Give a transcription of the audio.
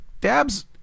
dabs